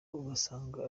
ugasanga